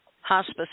hospice